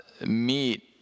meet